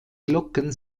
glocken